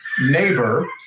neighbor